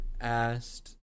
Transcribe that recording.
asked